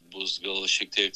bus gal šiek tiek